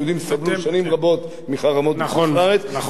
היהודים סבלו שנים רבות מחרמות בחוץ-לארץ, נכון.